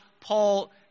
Paul